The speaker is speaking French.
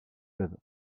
fleuve